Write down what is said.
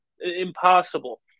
Impossible